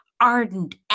ardent